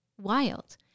wild